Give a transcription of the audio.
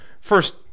first